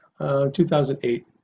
2008